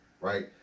Right